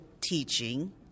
teaching